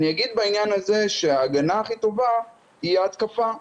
אני אגיד בעניין הזה שההגנה הכי טובה היא ההתקפה.